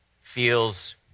feels